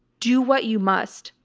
do what you must.